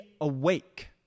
awake